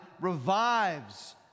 revives